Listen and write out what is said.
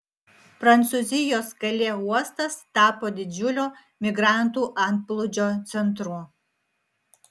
prancūzijos kalė uostas tapo didžiulio migrantų antplūdžio centru